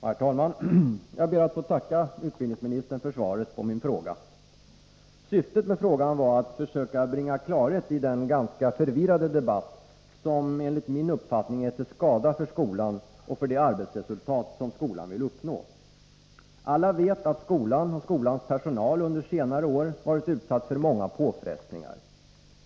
Herr talman! Jag ber att få tacka utbildningsministern för svaret på min fråga. Syftet med frågan var att försöka bringa klarhet i den ganska förvirrade debatt som enligt min uppfattning är till skada för skolan och för det arbetsresultat som skolan vill uppnå. Alla vet att skolan och skolans personal under senare år varit utsatta för många påfrestningar.